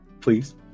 Please